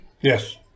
yes